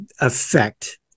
affect